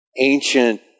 ancient